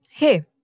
Hey